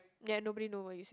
ya and nobody know what you said